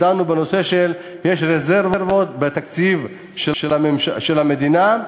דנו בכך שיש רזרבות בתקציב של המדינה,